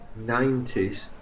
90s